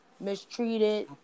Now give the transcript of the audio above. mistreated